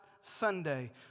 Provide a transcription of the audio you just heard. Sunday